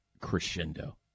crescendo